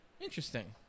Interesting